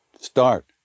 Start